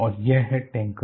और यह है टैंकर